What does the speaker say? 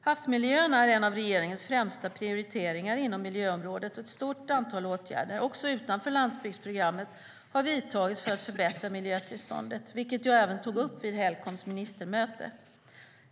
Havsmiljön är en av regeringens främsta prioriteringar inom miljöområdet, och ett stort antal åtgärder, också utanför landsbygdsprogrammet, har vidtagits för att förbättra miljötillståndet, vilket jag även tog upp vid Helcoms ministermöte.